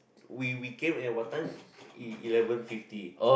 we we came here what time el~ eleven fifty